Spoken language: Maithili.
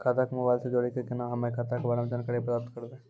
खाता के मोबाइल से जोड़ी के केना हम्मय खाता के बारे मे जानकारी प्राप्त करबे?